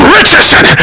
Richardson